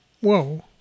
whoa